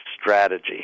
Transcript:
strategy